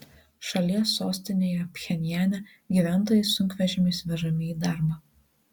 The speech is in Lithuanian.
šalies sostinėje pchenjane gyventojai sunkvežimiais vežami į darbą